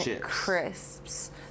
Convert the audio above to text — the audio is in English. crisps